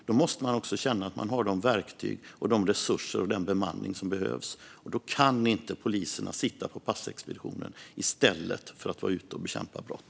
Man måste känna att man har de verktyg, de resurser och den bemanning som behövs. Då kan inte poliserna sitta på passexpeditionen i stället för att vara ute och bekämpa brott.